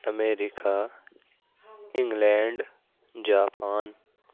America England Japan